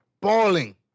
bawling